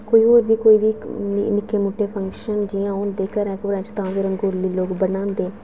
कोई होर बी कोई निक्की मुट्टे फंक्शन जि'यां होंदे घरें घरें च तां बी रंगोली लोक बनांदे